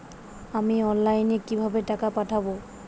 আমি অনলাইনে কিভাবে টাকা পাঠাব?